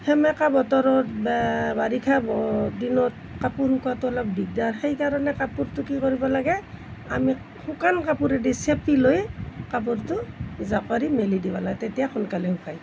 সেমেকা বতৰত বাৰিষা দিনত কাপোৰ শুকোৱাটো অলপ দিগদাৰ সেইকাৰণে কাপোৰটো কি কৰিব লাগে আমি শুকান কাপোৰেদি চেপি লৈ কাপোৰটো জোকাৰি মেলি দিব লাগে তেতিয়া সোনকালে শুকায়